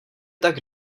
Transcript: tak